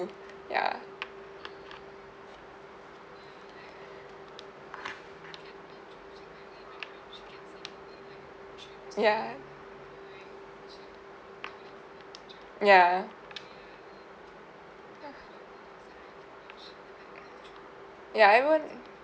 ya mm ya mm ya ya everyone